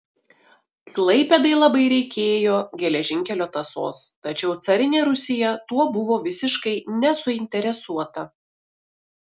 klaipėdai labai reikėjo geležinkelio tąsos tačiau carinė rusija tuo buvo visiškai nesuinteresuota